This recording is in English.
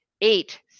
Eight